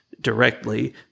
directly